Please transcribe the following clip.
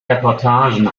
reportagen